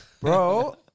Bro